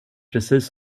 precis